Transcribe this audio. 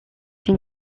seen